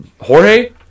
Jorge